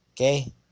Okay